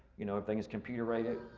you know things computer right it